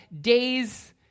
days